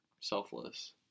selfless